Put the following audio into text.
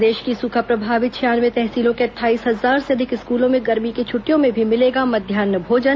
प्रदेश की सूखा प्रभावित छियानवे तहसीलों के अट्ठाईस हजार से अधिक स्कूलों में गर्मी की छुट्टियों में भी मिलेगा मध्यान्ह भोजन